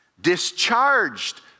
discharged